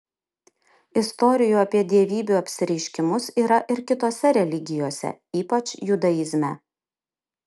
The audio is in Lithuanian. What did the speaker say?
istorijų apie dievybių apsireiškimus yra ir kitose religijose ypač judaizme